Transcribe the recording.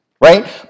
right